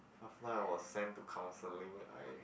after I was sent to counselling I